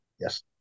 yes